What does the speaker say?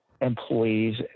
employees